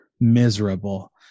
miserable